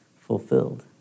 fulfilled